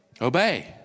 Obey